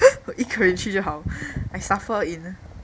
我一个人去就好 I suffer in